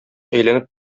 әйләнеп